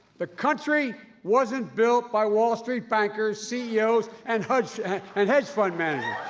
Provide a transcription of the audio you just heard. the country wasn't built by wall street bankers, ceos and hedge and hedge fund managers.